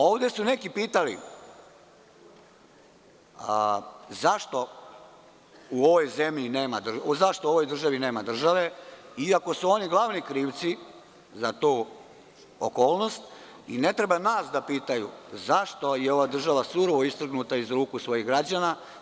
Ovde su neki pitali zašto u ovoj državi nema države, iako su oni glavni krivci za tu okolnost i ne treba nas da pitaju zašto je ova država surovo istrgnuta iz ruku svojih građana.